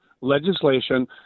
legislation